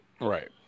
right